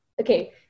okay